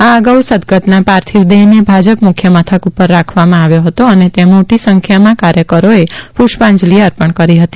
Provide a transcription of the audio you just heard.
આ અગાઉ સદ્ગતના પાર્થિવ દેહને ભાજપ મુખ્ય મથક પર રાખવામાં આવ્યો હતો અને ત્યાં મોટી સંખ્યામાં કાર્યકરોએ પુષ્પાંજલિ અર્પણ કરી હતી